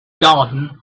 garden